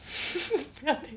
师傅